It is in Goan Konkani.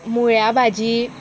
मुळ्या भाजी